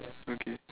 okay